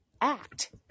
act